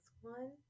one